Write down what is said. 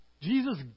Jesus